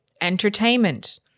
entertainment